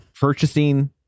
purchasing